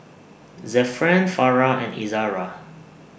Zafran Farah and Izzara